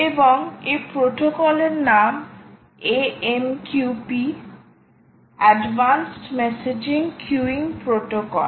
এবং এই প্রোটোকলের নাম AMQP advanced messaging queueing protocol